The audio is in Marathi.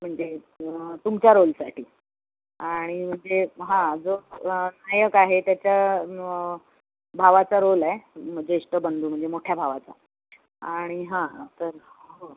म्हणजे तुमच्या रोलसाठी आणि म्हणजे हां जो नायक आहे त्याच्या भावाचा रोल आहे म् ज्येष्ठ बंधू म्हणजे मोठ्या भावाचा आणि हां तर हो